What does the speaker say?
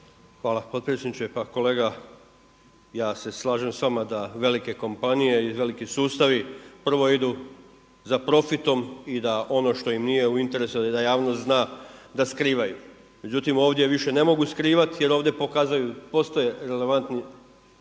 Hvala potpredsjedniče. Pa kolega ja se slažem s vama da velike kompanije i veliki sustavi prvo idu za profitom i da ono što im nije u interesu da javnost zna da skrivaju. Međutim ovdje više ne mogu skrivati jer ovdje postoje relevantni